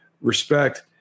respect